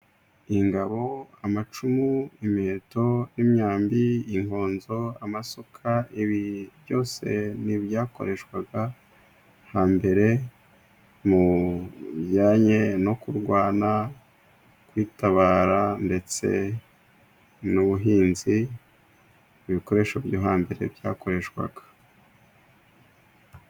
Ingabo, amacumu, imiheto n'imyambi, inkonzo, amasuka. Ibi byose ni ibyakoreshwaga hambere mu bijyanye no kurwana, kwitabara ndetse n'ubuhinzi. Ibikoresho byo hambere byakoreshwaga.